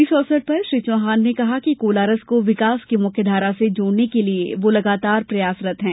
इस अवसर पर श्री चौहान ने कहा कि कोलारस को विकास की मुख्य धारा से जोड़ने के लिये वो लगातार प्रयासरत हैं